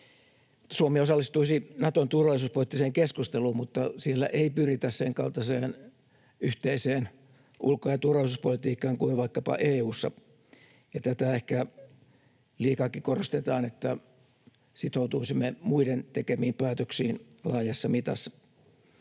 Suomi osallistuisi Naton turvallisuuspoliittiseen keskusteluun, mutta siellä ei pyritä senkaltaiseen yhteiseen ulko- ja turvallisuuspolitiikkaan kuin vaikkapa EU:ssa, ja ehkä liikaakin korostetaan, että sitoutuisimme muiden tekemiin päätöksiin laajassa mitassa.